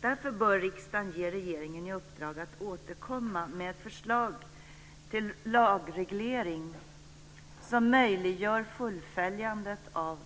Därför bör riksdagen ge regeringen i uppdrag att återkomma med ett förslag till lagreglering som möjliggör att